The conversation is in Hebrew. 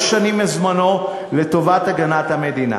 הלך ותרם שלוש שנים מזמנו לטובת הגנת המדינה?